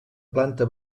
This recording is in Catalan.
planta